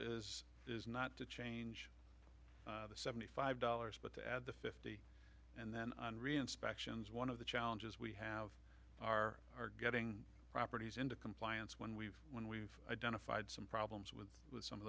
is is not to change the seventy five dollars but to add the fifty and then reinspection is one of the challenges we have are are getting properties into compliance when we've done we've identified some problems with some of